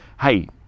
hey